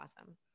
awesome